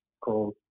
called